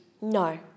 No